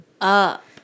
up